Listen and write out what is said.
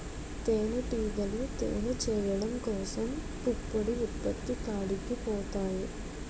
తేనిటీగలు తేనె చేయడం కోసం పుప్పొడి ఉత్పత్తి కాడికి పోతాయి